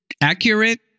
accurate